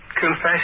confession